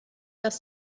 dass